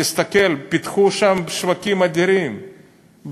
תסתכל: פיתחו שם שווקים אדירים,